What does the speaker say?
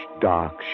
dark